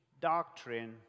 doctrine